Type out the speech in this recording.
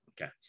okay